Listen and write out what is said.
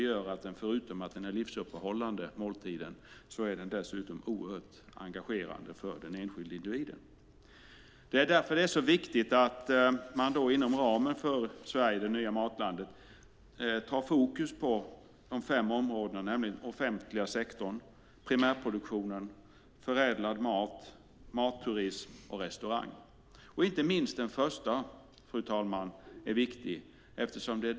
Förutom att måltiden är livsuppehållande är den alltså oerhört engagerande för den enskilde individen. Det är därför det är så viktigt att man inom ramen för Sverige - det nya matlandet har fokus på fem områden, nämligen den offentliga sektorn, primärproduktionen, förädlad mat, matturism och restaurang. Inte minst det första, fru talman, är viktigt.